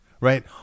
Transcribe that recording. right